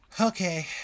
Okay